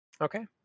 Okay